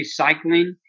recycling